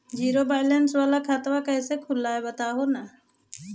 Zero balance वाला खतवा कैसे खुलो हकाई बताहो तो?